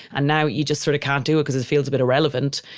and now you just sort of can't do because it feels a bit irrelevant.